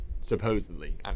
supposedly